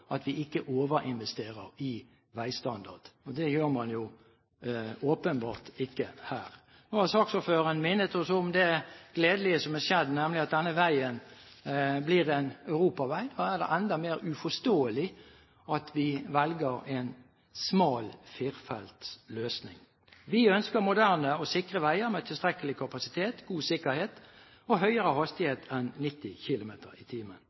at vi ikke overinvesterer i veistandard.» Det gjør man jo åpenbart ikke her. Nå har saksordføreren minnet oss om det gledelige som har skjedd, nemlig at denne veien blir en europavei. Da er det enda mer uforståelig at vi velger en smal firefelts løsning. Vi ønsker moderne og sikre veier med tilstrekkelig kapasitet, god sikkerhet og høyere hastighet enn 90 km/t.